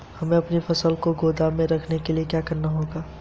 हमें अपनी फसल को गोदाम में रखने के लिये क्या करना होगा?